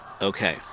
Okay